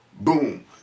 boom